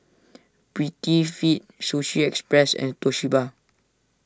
Prettyfit Sushi Express and Toshiba